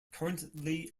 currently